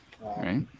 Right